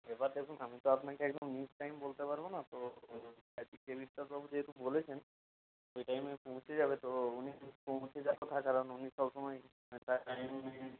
এবার দেখুন আমি তো আপনাকে একদম টাইম বলতে পারব না তো টি কে বিশ্বাসবাবু যেহেতু বলেছেন ওই টাইমে পৌঁছে যাবে তো উনি পৌঁছে যাওয়ার কথা কারণ উনি সবসময় একটা টাইম